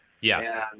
Yes